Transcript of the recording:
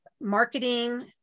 marketing